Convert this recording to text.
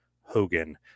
Hogan